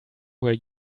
were